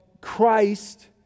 Christ